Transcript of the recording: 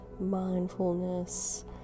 mindfulness